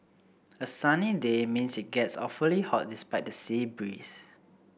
a sunny day means it gets awfully hot despite the sea breeze